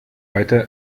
weiter